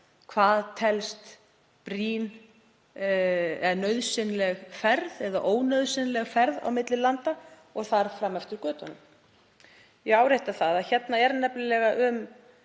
hvað telst nauðsynleg ferð eða ónauðsynleg ferð á milli landa og þar fram eftir götunum. Ég árétta að hér er nefnilega um